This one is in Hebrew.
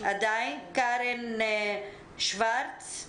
קארן שוורץ.